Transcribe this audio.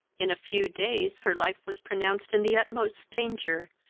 in a few days her life was pronounced in the utmost danger,